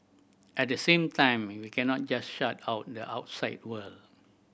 at the same time we cannot just shut out the outside world